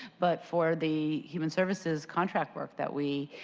but for the human services contract work that we